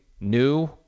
new